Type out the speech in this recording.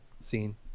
scene